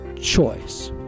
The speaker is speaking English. choice